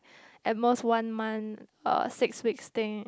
at most one month uh six weeks thing